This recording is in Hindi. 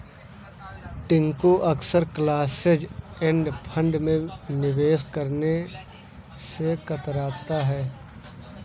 टिंकू अक्सर क्लोज एंड फंड में निवेश करने से कतराता है